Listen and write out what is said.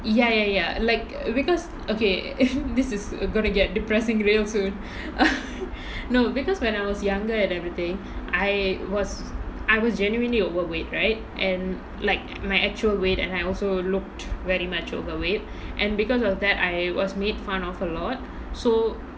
ya ya ya like because okay this is gonna get depressing real soon no because when I was younger and everything I was I as genuinely overweight right and like my actual weight and I also looked very much overweight and because of that I was made fun of a lot so